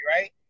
right